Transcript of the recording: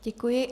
Děkuji.